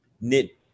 knit